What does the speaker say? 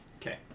Okay